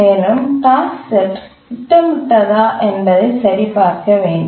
மேலும் டாஸ்க்செட் திட்டமிடப்பட்டதா என்பதை சரிபார்க்க வேண்டும்